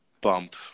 bump